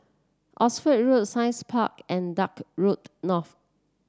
Oxford Road Science Park and Dock Road North